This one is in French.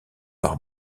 par